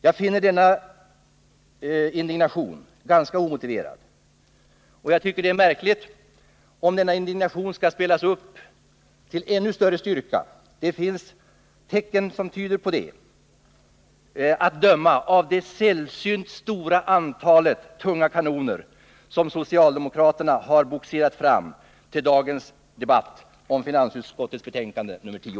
Jag finner denna indignation ganska omotiverad, och jag tycker att det är märkligt om den spelas upp med ännu större styrka. Det finns tecken som tyder på det, bl.a. det sällsynt stora antalet tunga kanoner som socialdemokraterna har bogserat fram till dagens debatt om finansutskottets betänkande nr 10.